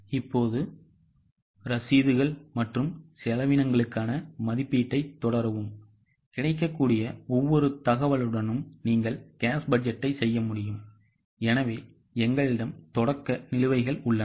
இப்போது ரசீதுகள் மற்றும் செலவினங்களுக்கான மதிப்பீட்டைத் தொடரவும் கிடைக்கக்கூடிய ஒவ்வொரு தகவலுடனும் நீங்கள் cash பட்ஜெட்டை செய்ய முடியும் எனவே எங்களிடம் தொடக்க நிலுவைகள் உள்ளன